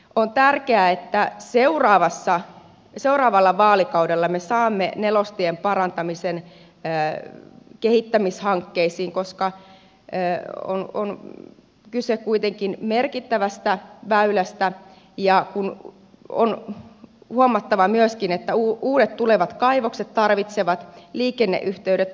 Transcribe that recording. on tärkeää että seuraavalla vaalikaudella me saamme nelostien parantamisen kehittämishankkeisiin koska on kyse kuitenkin merkittävästä väylästä ja on huomattava myöskin että uudet tulevat kaivokset tarvitsevat liikenneyhteydet